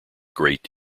great